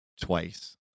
twice